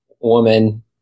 woman